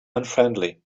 unfriendly